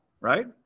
right